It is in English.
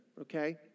Okay